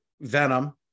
venom